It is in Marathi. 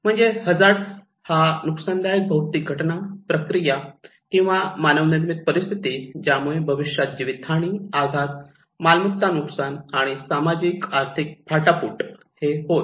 म्हणजे हजार्ड हा नुकसानदायक भौतिक घटना प्रक्रिया किंवा मानव निर्मित परिस्थिती ज्यामुळे भविष्यात जीवित हानी आघात मालमत्ता नुकसान आणि सामाजिक व आर्थिक फाटाफूट हे होय